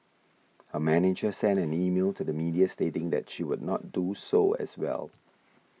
her manager sent an email to the media stating that she would not do so as well